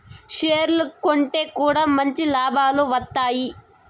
షేర్లు కొంటె కూడా మంచి లాభాలు వత్తాయి